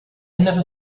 never